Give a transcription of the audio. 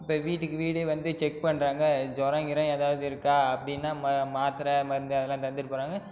இப்போ வீட்டுக்கு வீடு வந்து செக் பண்ணுறாங்க ஜொரம் கிரம் ஏதாவது இருக்கா அப்படினா மா மாத்திர மருந்து அதெலாம் தந்துட்டு போகிறாங்க